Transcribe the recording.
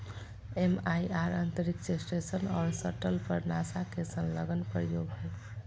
MIR अंतरिक्ष station और shuttle पर नासा के संलग्न प्रयोग हइ